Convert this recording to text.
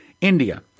India